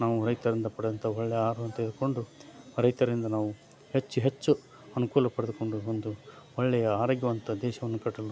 ನಾವು ರೈತರಿಂದ ಪಡೆದಂಥ ಒಳ್ಳೆಯ ಆಹಾರವನ್ನು ತೆಗೆದುಕೊಂಡು ರೈತರಿಂದ ನಾವು ಹೆಚ್ಚು ಹೆಚ್ಚು ಅನುಕೂಲ ಪಡೆದುಕೊಂಡು ಒಂದು ಒಳ್ಳೆಯ ಆರೋಗ್ಯವಂತ ದೇಶವನ್ನು ಕಟ್ಟಲು